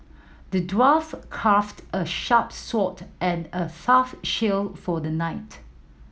the dwarf crafted a sharp sword and a shield for the knight